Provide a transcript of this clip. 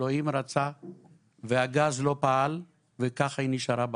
אלוהים רצה והגז לא פעל וכך היא נשארה בחיים.